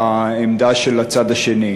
בעמדה של הצד השני.